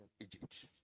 Egypt